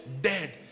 dead